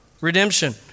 redemption